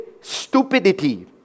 stupidity